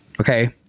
Okay